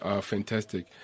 Fantastic